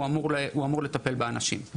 הוא אמור לטפל במספר מטופלים הזה.